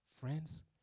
Friends